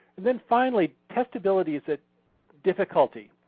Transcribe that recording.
then finally, testability is a difficulty,